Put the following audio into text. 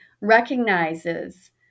recognizes